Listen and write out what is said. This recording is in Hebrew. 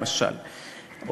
למשל,